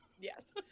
Yes